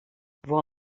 voir